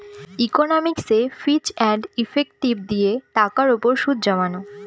ইকনমিকসে ফিচ and effective দিয়ে টাকার উপর সুদ জমানো